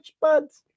buds